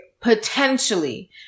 potentially